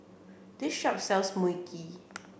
this shop sells Mui Kee